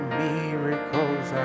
miracles